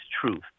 truth